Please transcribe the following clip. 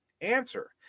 answer